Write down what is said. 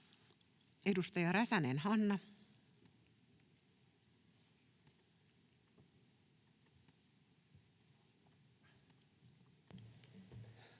Edustaja Räsänen, Hanna. [Speech